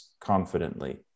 confidently